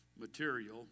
material